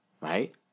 right